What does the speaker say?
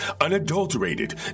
unadulterated